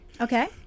Okay